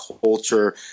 culture